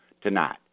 tonight